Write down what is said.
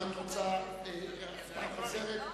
אני קובע שתקציב המרכז למיפוי לשנת 2010,